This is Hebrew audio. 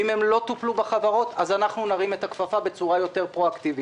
ואם הם לא טופלו בחברות אז אנחנו נרים את הכפפה בצורה יותר פרואקטיבית.